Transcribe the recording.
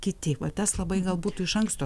kiti va tas labai gal būtų iš anksto